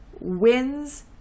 wins